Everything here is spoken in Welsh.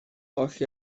oll